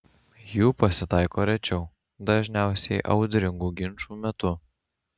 jų pasitaiko rečiau dažniausiai audringų ginčų metu